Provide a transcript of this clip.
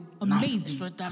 amazing